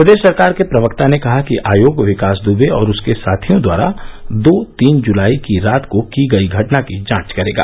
प्रदेश सरकार के प्रवक्ता ने कहा कि आयोग विकास दुबे और उसके साथियों द्वारा दो तीन जुलाई की रात को की गयी घटना की जांच करेगा